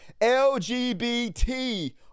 LGBT